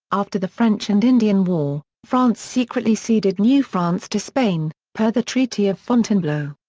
after the french and indian war, france secretly ceded new france to spain, per the treaty of fontainebleau.